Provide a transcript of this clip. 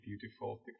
beautiful